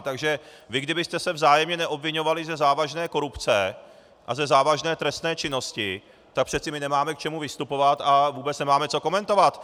Takže vy, kdybyste se vzájemně neobviňovali ze závažné korupce a ze závažné trestné činnosti, tak my nemáme k čemu vystupovat a vůbec nemáme co komentovat.